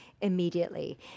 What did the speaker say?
Immediately